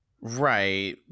Right